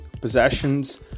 possessions